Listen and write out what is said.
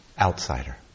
Outsider